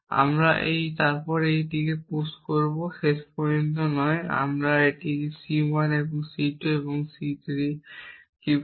এবং তারপর যখন আমি এটিকে পুশ করব শেষ পর্যন্ত নয় তখন আমি এই C 1 এবং C 2 এবং C 3 কি পাব